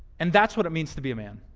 and that's what it means to be a man.